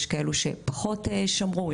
יש כאלו שפחות שמרו.